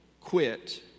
quit